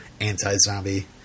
anti-zombie